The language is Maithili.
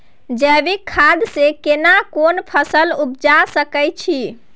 जैविक खाद से केना कोन फसल उपजा सकै छि?